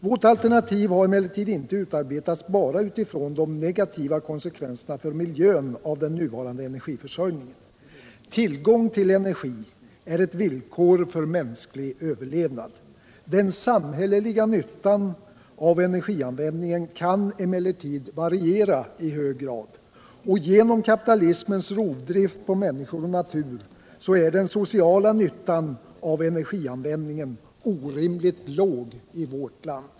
Vårt alternativ har emellertid inte utarbetats bara utifrån de negativa konsekvenserna för miljön av den nuvarande energiförsörjningen. Tillgång till energi är ett villkor för mänsklig överlevnad. Den samhälleliga nyttan av energianvändningen kan emellertid variera i hög grad, och genom kapitalismens rovdrift på människor och natur är den sociala nyttan av energianvändningen orimligt låg i vårt land.